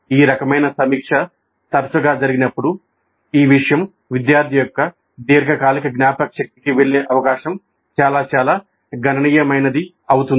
ఈ రకమైన సమీక్ష తరచూ జరిగినప్పుడు ఈ విషయం విద్యార్థి యొక్క దీర్ఘకాలిక జ్ఞాపకశక్తికి వెళ్ళే అవకాశం చాలా చాలా గణనీయమైనది అవుతుంది